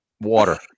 water